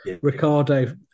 Ricardo